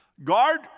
Guard